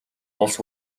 улс